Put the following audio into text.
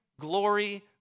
glory